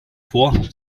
vorhat